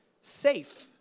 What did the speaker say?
Safe